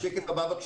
יש